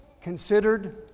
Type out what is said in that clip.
considered